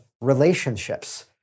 relationships